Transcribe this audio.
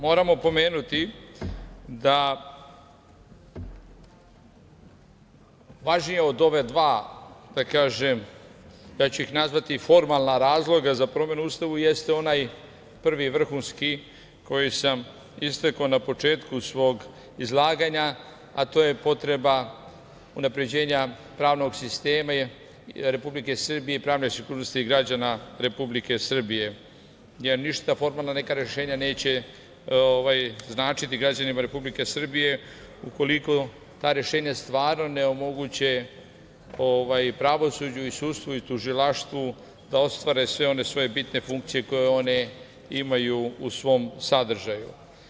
Moramo pomenuti da važnija od ova dva, nazvaću ih, formalna razloga za promenu Ustava jeste onaj prvi vrhunski koji sam istakao na početku svog izlaganja, a to je potreba unapređenja pravnog sistema Republike Srbije i pravne sigurnosti građana Republike Srbije, jer ništa neka formalna rešenja neće značiti građanima Republike Srbije ukoliko ta rešenja stvarno ne omoguće pravosuđu, sudstvu i tužilaštvu da ostvare sve one svoje bitne funkcije koje one imaju u svom sadržaju.